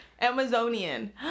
Amazonian